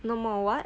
那么 [what]